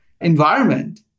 environment